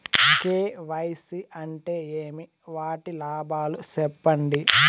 KYC అంటే ఏమి? వాటి లాభాలు సెప్పండి?